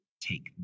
Take